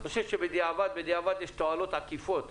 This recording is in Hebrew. אני חושב שבדיעבד יש תועלות עקיפות,